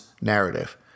narrative